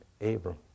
Abram